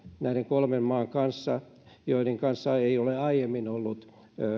näiden kolmen maan kanssa joiden kanssa ei ole aiemmin ollut